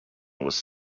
was